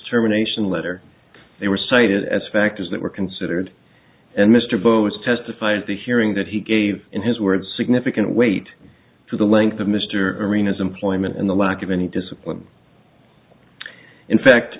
terminations letter they were cited as factors that were considered and mr ball was testified at the hearing that he gave in his words significant weight to the length of mr arenas employment and the lack of any discipline in fact